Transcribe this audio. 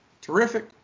Terrific